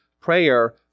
prayer